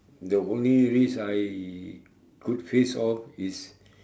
the only risk I could face of is